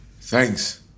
Thanks